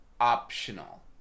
optional